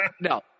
No